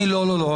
אדוני, לא, לא.